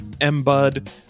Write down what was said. M-Bud